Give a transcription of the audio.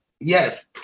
yes